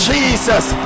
Jesus